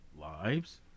lives